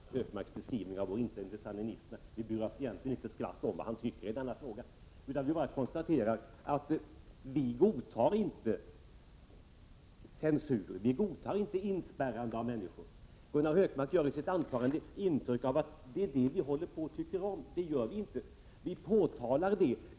Herr talman! Vi är inte särskilt skakade av Gunnar Hökmarks beskrivning av vår inställning till sandinisterna. Vi bryr oss egentligen inte ett skvatt om vad han tycker i den frågan. Vi bara konstaterar att vi inte godtar censur eller inspärrande av människor. Gunnar Hökmark ger i sitt anförande intryck av att det är det vi tycker om — det gör vi inte! Vi påtalar det.